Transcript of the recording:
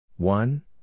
One